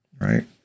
Right